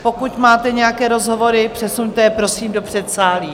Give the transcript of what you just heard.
Pokud máte nějaké rozhovory, přesuňte je prosím do předsálí.